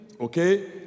okay